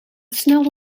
snel